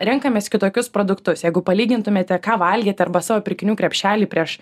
renkamės kitokius produktus jeigu palygintumėte ką valgėt arba savo pirkinių krepšelį prieš